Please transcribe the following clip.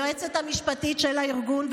היועצת המשפטית של הארגון,